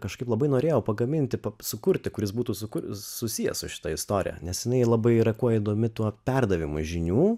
kažkaip labai norėjau pagaminti sukurti kuris būtų su susijęs su šita istorija nes jinai labai yra kuo įdomi tuo perdavimu žinių